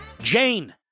Jane